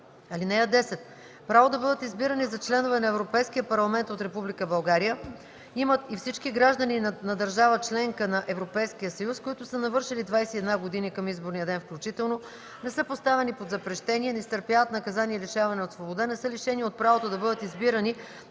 (10) Право да бъдат избирани за членове на Европейския парламент от Република България имат и всички граждани на държава – членка на Европейския съюз, които са навършили 21 години към изборния ден включително, не са поставени под запрещение, не изтърпяват наказание лишаване от свобода, не са лишени от правото да бъдат избирани